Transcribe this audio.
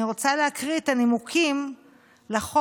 אני רוצה להקריא את הנימוקים לחוק